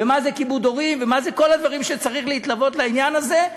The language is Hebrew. מה זה כיבוד הורים ומה כל הדברים שצריכים להתלוות לעניין הזה,